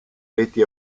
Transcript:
reti